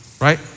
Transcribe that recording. right